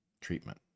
treatment